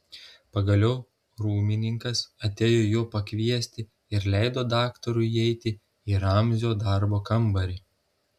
pagaliau rūmininkas atėjo jo pakviesti ir leido daktarui įeiti į ramzio darbo kambarį